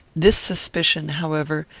this suspicion, however,